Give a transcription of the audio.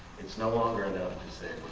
it's no longer enough to say